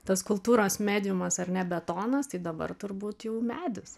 tas kultūros mediumas ar ne betonas tai dabar turbūt jau medis